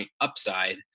upside